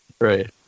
Right